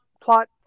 plot